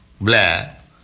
black